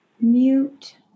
mute